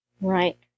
Right